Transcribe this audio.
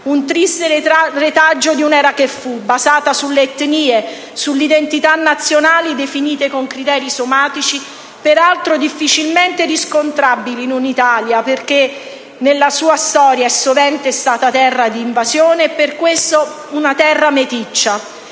Un triste retaggio di un'era che fu, basata sulle etnie, sulle identità nazionali definite con criteri somatici, peraltro difficilmente riscontrabili in un'Italia che nella sua storia è stata sovente terra di invasione e per questo una terra meticcia.